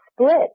split